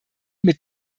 mit